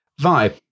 vibe